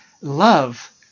love